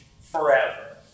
forever